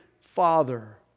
father